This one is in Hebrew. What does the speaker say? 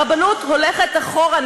הרבנות הולכת אחורה,